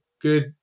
good